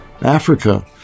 Africa